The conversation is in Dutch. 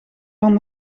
van